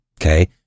okay